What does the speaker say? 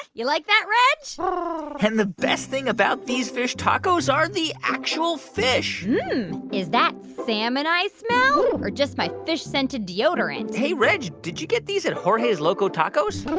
you like that, that, reg? um and the best thing about these fish tacos are the actual fish is that salmon i smell or just my fish-scented deodorant? hey, reg, did you get these at jorge's loco tacos?